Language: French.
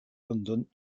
london